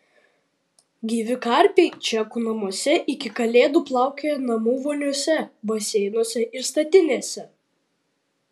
gyvi karpiai čekų namuose iki kalėdų plaukioja namų voniose baseinuose ir statinėse